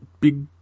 big